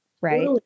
right